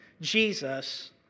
Jesus